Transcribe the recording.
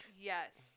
Yes